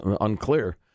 unclear